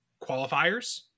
qualifiers